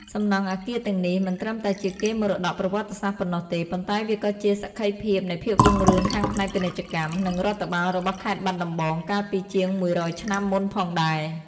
សំណង់អគារទាំងនេះមិនត្រឹមតែជាកេរមរតកប្រវត្តិសាស្ត្រប៉ុណ្ណោះទេ ប៉ុន្តែវាក៏ជាសក្ខីភាពនៃភាពរុងរឿងខាងផ្នែកពាណិជ្ជកម្ម និងរដ្ឋបាលរបស់ខេត្តបាត់ដំបងកាលពីជាងមួយរយឆ្នាំមុនផងដែរ។